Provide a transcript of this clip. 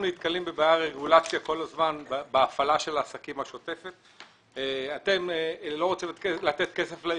אנחנו נתקלים בבעיית רגולציה כל הזמן בהפעלה השוטפת של העסקים.